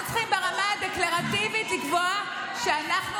אנחנו צריכים ברמה הדקלרטיבית לקבוע שאנחנו